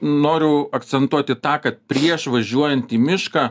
noriu akcentuoti tą kad prieš važiuojant į mišką